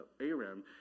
Aram